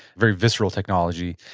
very visceral technology,